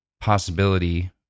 possibility